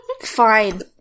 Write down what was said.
Fine